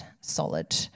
solid